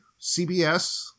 CBS